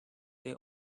they